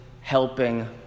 helping